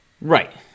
Right